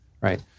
right